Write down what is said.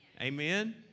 Amen